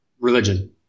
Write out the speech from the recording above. Religion